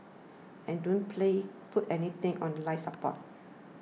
and don't play put anything on life support